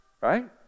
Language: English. right